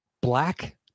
Black